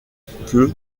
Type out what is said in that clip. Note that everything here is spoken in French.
que